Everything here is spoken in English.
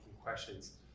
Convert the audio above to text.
questions